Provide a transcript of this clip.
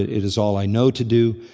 it is all i know to do.